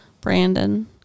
Brandon